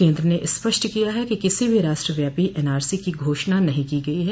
केन्द्र ने स्पष्ट किया है कि किसी भी राष्ट्रव्यापी एनआरसी की घोषणा नहीं की गई है